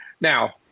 Now